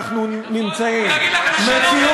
תראו איזה עונשים מקבלים.